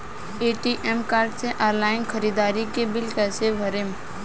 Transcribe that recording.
ATM card से online ख़रीदारी के बिल कईसे भरेम?